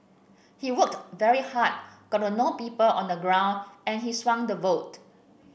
he worked very hard got to know people on the ground and he swung the vote